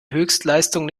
höchstleistung